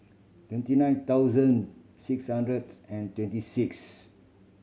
twenty nine thousand six hundreds and twenty six